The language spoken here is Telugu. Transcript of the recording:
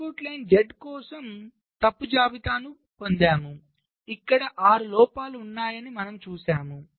అవుట్పుట్ లైన్ Z కోసం తప్పు జాబితాను పొందాము ఇక్కడ 6 లోపాలు ఉన్నాయని మనము చూసాము